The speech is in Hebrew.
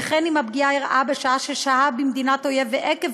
וכן אם הפגיעה אירעה בשעה ששהה במדינת אויב ועקב